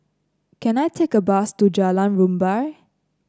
can I take a bus to Jalan Rumbia